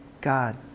God